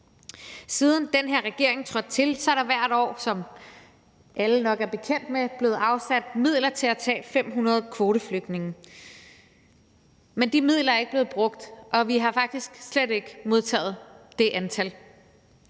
Siden den her regering trådte til, er der hvert år, som alle nok er bekendt med, blevet afsat midler til at tage 500 kvoteflygtninge, men de midler er ikke blevet brugt, og vi har faktisk slet ikke modtaget det antal.